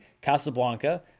Casablanca